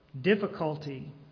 Difficulty